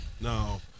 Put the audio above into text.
no